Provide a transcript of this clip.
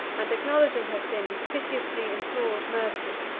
and acknowledging her sins, piteously implored mercy.